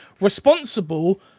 responsible